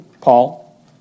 Paul